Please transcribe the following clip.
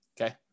Okay